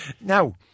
Now